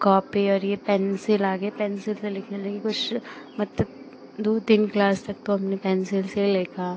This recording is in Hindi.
कॉपी और यह पेन्सिल आ गए पेन्सिल से लिखने लगे कुछ मतलब दो तीन क्लास तक तो हमने पेन्सिल से लिखा